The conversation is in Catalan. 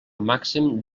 màxim